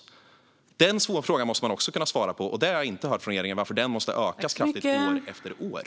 Det här är en svår fråga som man också måste kunna svara på. Men jag har inte hört från regeringen varför denna budgetpost måste ökas kraftigt år efter år.